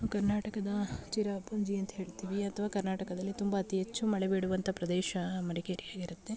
ಕರ್ನಾಟಕದ ಚಿರಾಪುಂಜಿ ಅಂತ ಹೇಳ್ತೀವಿ ಅಥವಾ ಕರ್ನಾಟಕದಲ್ಲಿ ತುಂಬ ಅತಿ ಹೆಚ್ಚು ಮಳೆ ಬೀಳುವಂಥ ಪ್ರದೇಶ ಮಡಿಕೇರಿಯಾಗಿರುತ್ತೆ